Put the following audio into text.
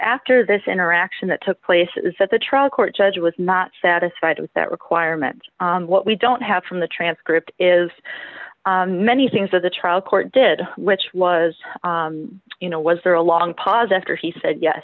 after this interaction that took place is that the trial court judge was not satisfied with that requirement what we don't have from the transcript is many things that the trial court did which was you know was there a long pause after he said ye